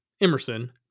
Emerson